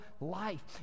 life